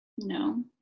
No